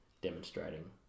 demonstrating